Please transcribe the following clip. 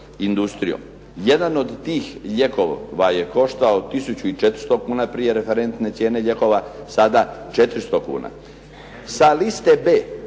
industrijom. Jedan od tih lijekova je koštao je 1400 kuna prije referentne cijene lijekova, sada 400 kuna. Sa liste b